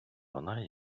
вона